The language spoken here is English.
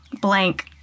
blank